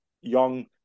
young